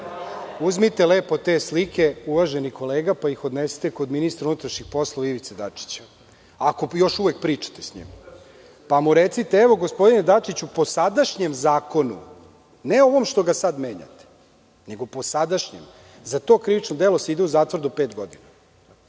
uzmite lepo te slike, uvaženi kolega pa ih odnesite kod ministra unutrašnjih poslova Ivice Dačića, ako još uvek pričate sa njim, pa mu recite – evo, gospodine Dačiću, po sadašnjem zakonu, ne ovom što ga sada menjate, nego po sadašnjem, za to krivično delo se ide u zatvor do 5 godina,